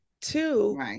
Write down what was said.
Two